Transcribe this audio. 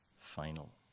final